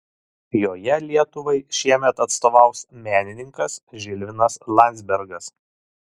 joje lietuvai šiemet atstovaus menininkas žilvinas landzbergas